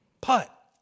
putt